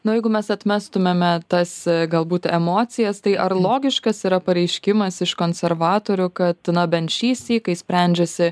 na o jeigu mes atmestumėme tas galbūt emocijas tai ar logiškas yra pareiškimas iš konservatorių kad bent šįsyk kai sprendžiasi